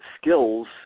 skills